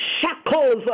shackles